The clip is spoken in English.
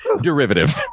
Derivative